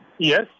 Yes